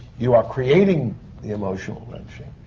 you are creating the emotional wrenching.